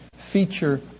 feature